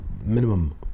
minimum